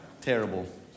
terrible